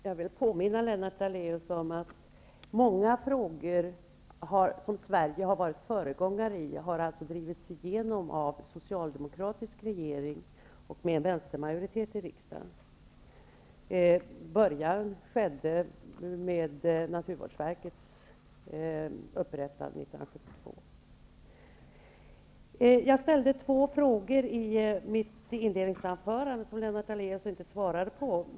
Jag vill påminna Lennart Daléus om att när det gäller många av de frågor där Sverige har varit föregångare har de drivits igenom av en socialdemokratisk regering, och alltså med vänstermajoritet i riksdagen. Det började med inrättandet av naturvårdsverket 1972. Jag ställde två frågor i mitt inledningsanförande som Lennart Daléus inte har svarat på.